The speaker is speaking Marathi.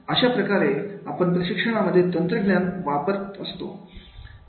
अशाप्रकारे आपण प्रशिक्षणामध्ये तंत्रज्ञान वापरत असतो